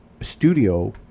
studio